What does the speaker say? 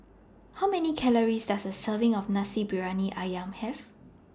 How Many Calories Does A Serving of Nasi Briyani Ayam Have